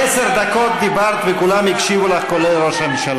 מהיום הראשון